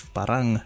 parang